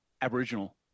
Aboriginal